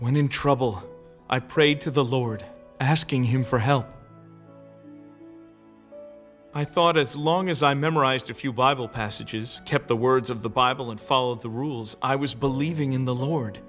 when in trouble i prayed to the lord asking him for help i thought as long as i memorized a few bible passages kept the words of the bible and follow the rules i was believing in the lord